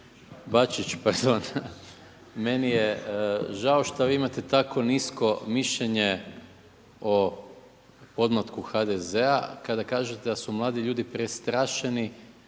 Bačić, pardon, meni je žao šta vi imate tako nisko mišljenje o podmlatku HDZ-a kada kažete da su mladi ljudi prestrašeni,